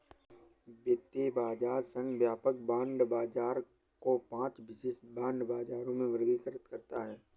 वित्तीय बाजार संघ व्यापक बांड बाजार को पांच विशिष्ट बांड बाजारों में वर्गीकृत करता है